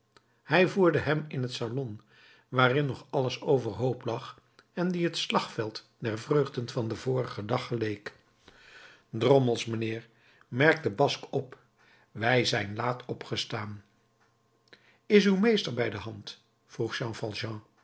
hij voerde hem in het salon waarin nog alles overhoop lag en die het slagveld der vreugden van den vorigen dag geleek drommels mijnheer merkte basque op wij zijn laat opgestaan is uw meester bij de hand vroeg